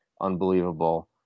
unbelievable